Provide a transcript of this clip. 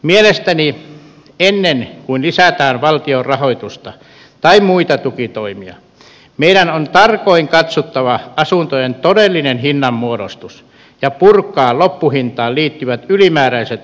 mielestäni ennen kuin lisätään valtion rahoitusta tai muita tukitoimia meidän on tarkoin katsottava asuntojen todellinen hinnanmuodostus ja purettava loppuhintaan liittyvät ylimääräiset kustannusvaikutukset pois